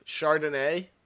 Chardonnay